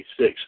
1986